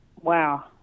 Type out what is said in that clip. Wow